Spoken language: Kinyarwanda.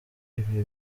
ibihe